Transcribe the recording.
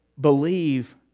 believe